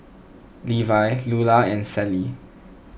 Levi Lulla and Celie